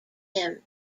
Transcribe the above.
him